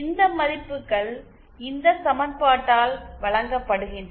இந்த மதிப்புகள் இந்த சமன்பாட்டால் வழங்கப்படுகின்றன